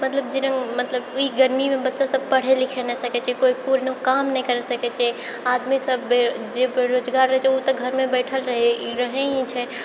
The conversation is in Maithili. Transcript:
मतलब जेना मतलब ई गर्मीमे मतलब सभ पढ़ै लिखै नहि सकै छै कोइ कोनो काम नहि करि सकै छै आदमीसभ भी जे बेरोजगार रहै छै ऊ तऽ घरमे बैठल रहै रहै ही छै